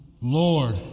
Lord